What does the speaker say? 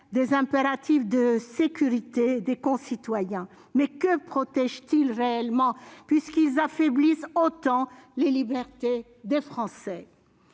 des impératifs de sécurité de nos concitoyens. Mais que protègent-elles réellement, ces mesures qui affaiblissent tant les libertés des Français ?